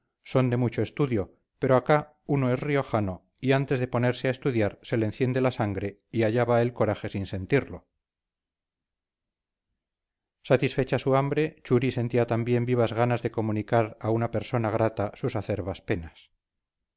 son de mucho estudio pero acá uno es riojano y antes de ponerse a estudiar se le enciende la sangre y allá va el coraje sin sentirlo satisfecha su hambre churi sentía también vivas ganas de comunicar a una persona grata sus acerbas penas